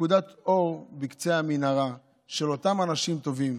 נקודת האור בקצה המנהרה היא אותם אנשים טובים,